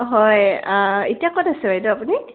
হয় এতিয়া ক'ত আছে বাইদেউ আপুনি